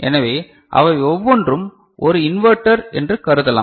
எனவே அவை ஒவ்வொன்றும் ஒரு இன்வெர்ட்டர் என்று கருதலாம்